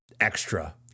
extra